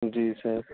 جی سر